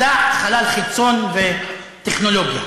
מדע, חלל חיצון וטכנולוגיה.